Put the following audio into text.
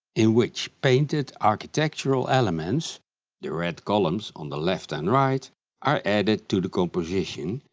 in which painted architectural elements the red columns on the left and right are added to the composition,